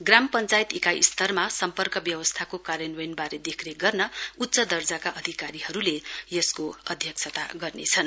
ग्राम पश्चायत इकाई स्तरमा सम्पर्क व्यवस्थाको कार्यान्वयनवारे देखरेख गर्न उच्च दर्जाका अधिकारीले यसको अध्यक्षता गर्नेछन्